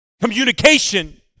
Communication